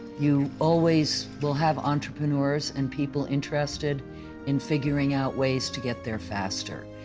you always will have entrepreneurs and people interested in figuring out ways to get there faster.